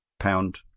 Pound